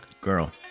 Girl